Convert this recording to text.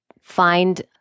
find